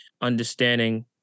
understanding